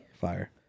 Fire